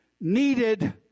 needed